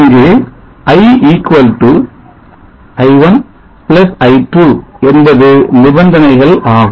இங்கே i i1 i2 என்பது நிபந்தனைகள் ஆகும்